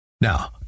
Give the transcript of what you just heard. Now